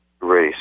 race